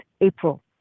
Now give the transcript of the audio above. April